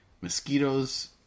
mosquitoes